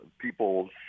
people